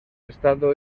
estado